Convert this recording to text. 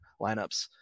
lineups